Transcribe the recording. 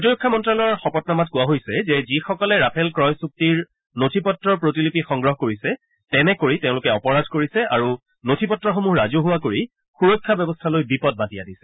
প্ৰতিৰক্ষা মন্ত্ৰালয়ৰ শপতনামাত কোৱা হৈছে যে যিসকলে ৰাফেল ক্ৰয় চুক্তিৰ নথি পত্ৰৰ প্ৰতিলিপি সংগ্ৰহ কৰিছে তেনে কৰি তেওঁলোকে অপৰাধ কৰিছে আৰু নথিপত্ৰসমূহ ৰাজহুৱা কৰি সুৰক্ষা ব্যৱস্থালৈ বিপদ মাতি আনিছে